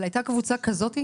אבל הייתה קבוצה כזאת?